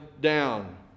down